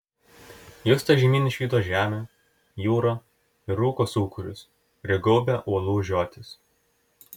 justas žemyn išvydo žemę jūrą ir rūko sūkurius kurie gaubė uolų žiotis